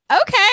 okay